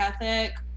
ethic